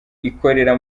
ikorera